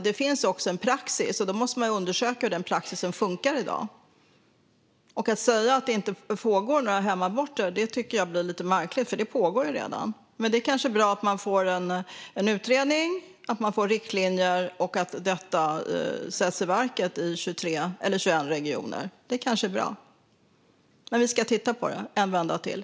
Det finns också en praxis. Det måste undersökas hur den praxisen fungerar i dag. Att säga att hemaborter inte pågår tycker jag är lite märkligt, eftersom det redan pågår. Men det är kanske bra om det blir en utredning, att det blir riktlinjer och att detta sätts i verket i 21 regioner. Vi ska titta på det en vända till.